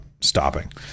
stopping